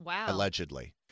allegedly